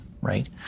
Right